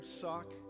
suck